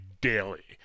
daily